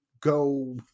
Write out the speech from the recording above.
go